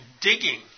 digging